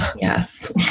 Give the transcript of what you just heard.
Yes